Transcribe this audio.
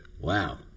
Wow